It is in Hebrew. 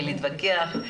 להתווכח.